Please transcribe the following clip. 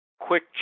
quick